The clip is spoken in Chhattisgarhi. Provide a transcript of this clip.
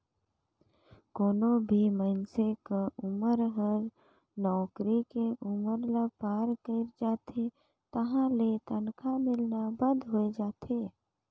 कोनो भी मइनसे क उमर हर नउकरी के उमर ल पार कइर जाथे तहां ले तनखा मिलना बंद होय जाथे